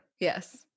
Yes